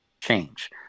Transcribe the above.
change